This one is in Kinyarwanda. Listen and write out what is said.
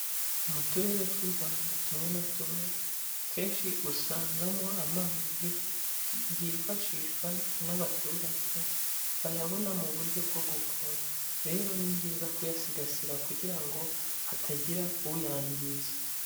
Mu turere tw'u Rwanda tumwe na tumwe, akenshi usangamo amazi yifashishwa n'abaturage, bayabona mu buryo bwo gupompa, rero ni byiza kuyasigasira kugira ngo hatagira uyangiza.